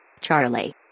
Charlie